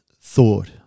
thought